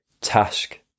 task